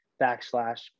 backslash